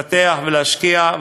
לפתח ולהשקיע.